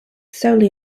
solely